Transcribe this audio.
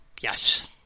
yes